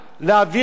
באחריותי,